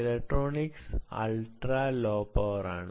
electronics ultra low power ആണ്